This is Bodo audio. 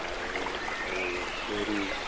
आरो ओरै पुरि